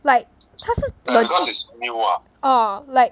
like 他是 legit ah like